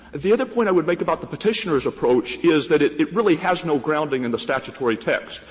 the other point i would make about the petitioner's approach is that it it really has no grounding in the statutory text.